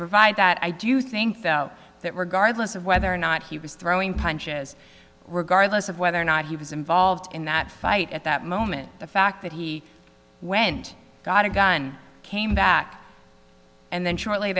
provide that i do you think that regardless of whether or not he was throwing punches regardless of whether or not he was involved in that fight at that moment the fact that he went got a gun came back and then shortly